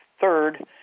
third